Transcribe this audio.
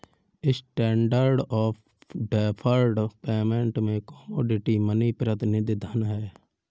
standard of deferred payment में commodity money प्रतिनिधि धन हैं